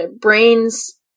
brains